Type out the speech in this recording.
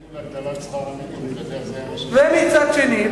בגלל זה הם התנגדו להגדלת שכר המינימום.